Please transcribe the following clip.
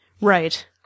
Right